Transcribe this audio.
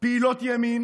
פעילות ימין